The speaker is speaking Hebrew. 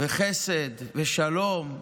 וחסד ושלום,